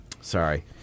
Sorry